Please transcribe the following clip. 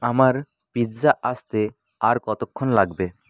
আমার পিৎজা আসতে আর কতক্ষণ লাগবে